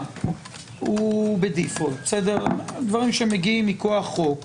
הוא בדיפולט דברים שמגיעים מכוח חוק,